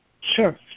sure